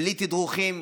בלי תדרוכים,